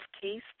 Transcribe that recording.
case